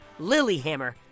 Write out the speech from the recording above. Lilyhammer